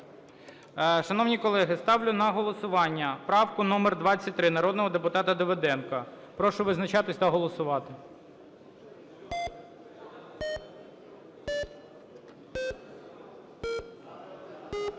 Шановні колеги, ставлю на голосування правку номер 23 народного депутата Давиденка. Прошу визначатися та голосувати.